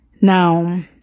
Now